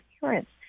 parents